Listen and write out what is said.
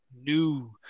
new